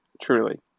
Truly